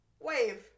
wave